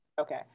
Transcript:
Okay